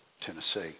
Tennessee